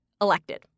elected